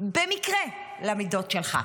במקרה למידות שלך.